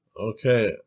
Okay